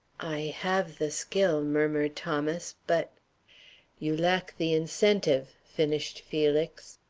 i have the skill, murmured thomas, but you lack the incentive, finished felix.